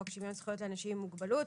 חוק שוויון זכויות לאנשים עם מוגבלות,